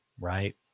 Right